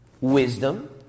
wisdom